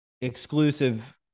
exclusive